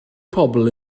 pobl